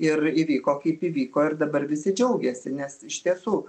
ir įvyko kaip įvyko ir dabar visi džiaugiasi nes iš tiesų